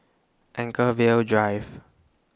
Anchorvale Drive